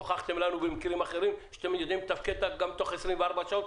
הוכחתם לנו במקרים אחרים שאתם יודעים לתפקד גם תוך 24 שעות,